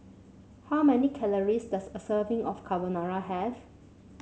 how many calories does a serving of Carbonara have